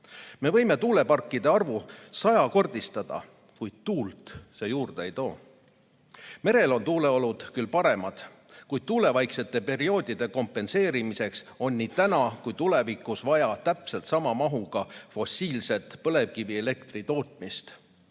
Me võime tuuleparkide arvu sajakordistada, kuid tuult see juurde ei too. Merel on tuuleolud küll paremad, kuid tuulevaiksete perioodide kompenseerimiseks on nii täna kui ka tulevikus vaja täpselt sama mahuga fossiilset põlevkivielektri tootmist